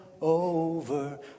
over